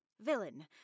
Villain